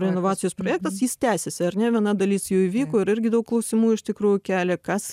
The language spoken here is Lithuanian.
renovacijos projektas jis tęsiasi ar ne viena dalis jau įvyko ir irgi daug klausimų iš tikrųjų kelia kas